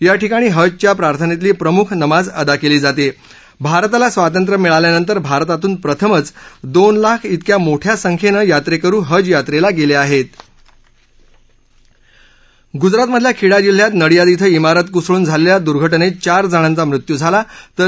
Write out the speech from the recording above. याठिकाणी हज च्या प्रार्थनत्त्नी प्रमुख नमाज अदा कली जात आरताला स्वातंत्र्य मिळाल्यानंतर भारतातून प्रथमच दोन लाख एवढ्या मोठ्या संख्यतीयात्रक्तिरू हज यात्रली गल्लीडाहती गुजरातमधल्या खेडा जिल्ह्यात नडीयाद िं मिरत कोसळून झालेल्या दुर्घटनेत चार जणांचा मृत्यू झाला तर पाच जण जखमी झाले